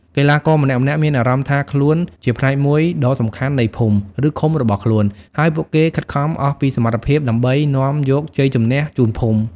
កីឡាករម្នាក់ៗមានអារម្មណ៍ថាខ្លួនជាផ្នែកមួយដ៏សំខាន់នៃភូមិ ឬឃុំរបស់ខ្លួន ហើយពួកគេខិតខំអស់ពីសមត្ថភាពដើម្បីនាំយកជ័យជម្នះជូនភូមិ។